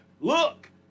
look